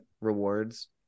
rewards